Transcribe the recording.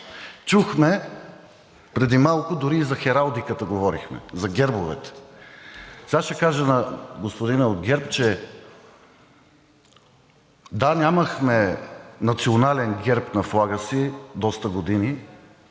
Чухме – преди малко дори и за хералдиката говорихме, за гербовете. Ще кажа на господина от ГЕРБ, че – да, нямахме национален герб на флага си доста години,